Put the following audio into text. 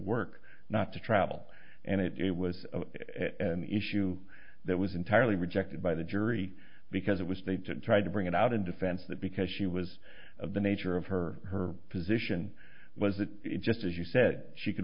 work not to travel and it was an issue that was entirely rejected by the jury because it was they tried to bring it out in defense that because she was of the nature of her her position was that it just as you said she could